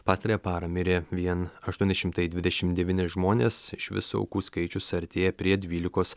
pastarąją parą mirė vien aštuoni šimtai dvidešimt devyni žmonės iš viso aukų skaičius artėja prie dvylikos